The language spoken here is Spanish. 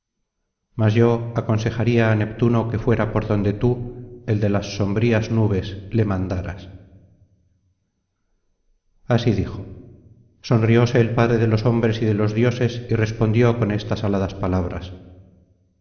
mas yo aconsejaría á neptuno que fuera por donde tú el de las sombrías nubes le mandaras así dijo sonrióse el padre de los hombres y de los dioses y respondió con estas aladas palabras